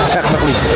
Technically